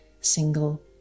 single